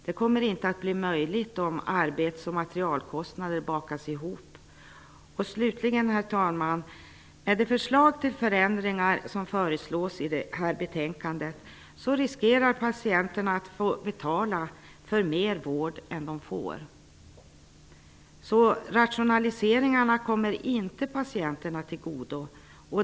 Det kommer inte att bli möjligt, om arbets och materialkostnader bakas ihop. Slutligen, herr talman, vill jag säga att med de förändringar som föreslås i det här betänkandet riskerar patienterna att betala för mer vård än de får. Så rationaliseringarna kommer inte patienterna till godo.